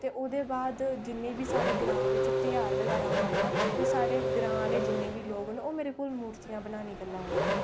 ते ओहदे बाद जिनें बी साढे ग्रां बिच्च घ्यार बगैरा होंदे ना साढे ग्रां आहले जिने बी लोक ना ओह् मेरे कोल मूर्ती बनाने गल्ला ओंदे ना